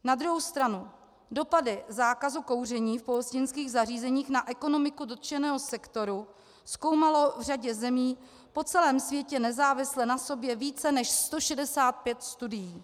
Na druhou stranu dopady zákazu kouření v pohostinských zařízení na ekonomiku dotčeného sektoru zkoumalo v řadě zemí po celém světě nezávisle na sobě více než 165 studií.